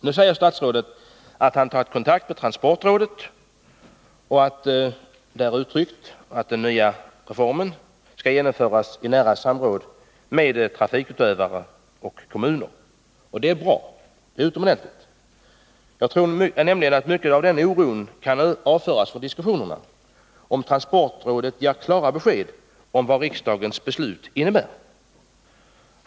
Nu säger statsrådet att han tagit kontakt med transportrådet och där uttalat att den nya reformen skall genomföras i nära samråd med trafikutövarna och kommunerna. Det är utomordentligt bra. Jag tror att mycket av oron skulle försvinna om transportrådet kunde ge klara besked om vad riksdagens beslut innebär.